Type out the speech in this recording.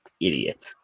idiot